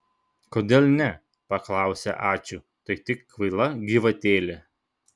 kodėl ne paklausė ačiū tai tik kvaila gyvatėlė